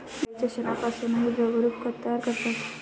गाईच्या शेणापासूनही द्रवरूप खत तयार करतात